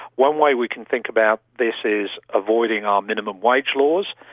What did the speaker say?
one way we can think about this is avoiding our minimum wage laws.